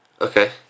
Okay